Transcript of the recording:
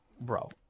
Bro